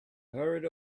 hurried